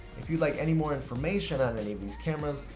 if you like any more information on any of these cameras,